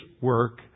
work